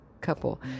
couple